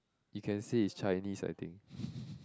you can say is Chinese I think